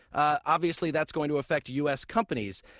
obviously that's going to affect u s. companies.